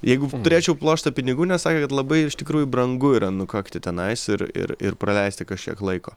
jeigu turėčiau pluoštą pinigų nes sakė kad labai iš tikrųjų brangu yra nukakti tenais ir ir ir praleisti kažkiek laiko